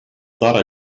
thought